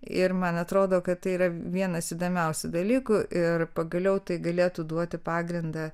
ir man atrodo kad tai yra vienas įdomiausių dalykų ir pagaliau tai galėtų duoti pagrindą